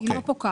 היא לא פוקעת.